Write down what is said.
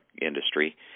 industry